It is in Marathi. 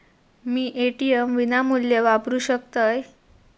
मी ए.टी.एम विनामूल्य वापरू शकतय?